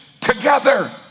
together